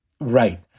right